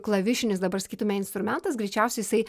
klavišinis dabar sakytume instrumentas greičiausiai jisai